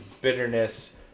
bitterness